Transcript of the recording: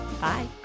Bye